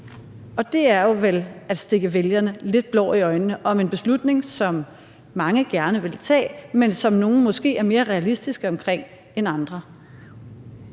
Det er vel at stikke vælgerne lidt blår i øjnene om en beslutning, som mange gerne vil tage, men som nogle måske er mere realistiske omkring end andre.